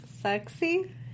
Sexy